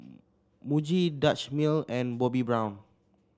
Muji Dutch Mill and Bobbi Brown